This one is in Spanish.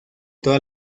toda